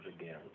again